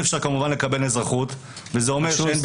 אי אפשר כמובן לקבל אזרחות וזה אומר שאין --- שינוי